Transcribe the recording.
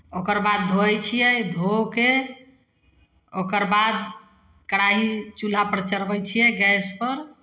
ओकर बाद धोइ छियै धो कऽ ओकर बाद कढ़ाही चूल्हापर चढ़बै छियै गैसपर